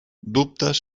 dubtes